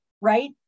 right